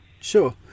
Sure